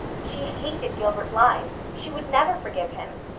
she hated gilbert blythe! she would never forgive him!